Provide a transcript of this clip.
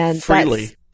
Freely